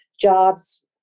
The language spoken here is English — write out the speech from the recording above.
jobs